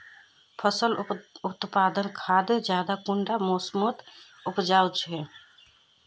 फसल उत्पादन खाद ज्यादा कुंडा मोसमोत उपजाम छै?